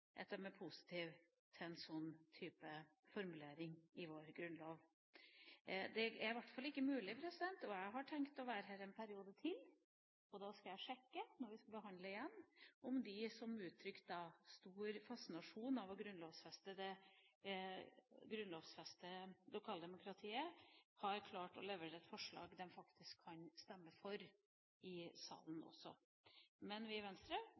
til en sånn type formulering i vår grunnlov. Jeg har tenkt å være her en periode til, og når vi skal behandle forslaget igjen, skal jeg sjekke om de som uttrykte stor fascinasjon over å grunnlovfeste lokaldemokratiet, har klart å levere et forslag de faktisk kan stemme for i salen også. Vi i Venstre